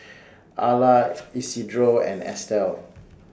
Arla Isidro and Estel